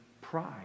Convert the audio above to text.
pride